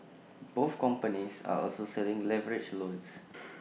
both companies are also selling leveraged loans